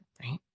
right